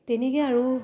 তেনেকে আৰু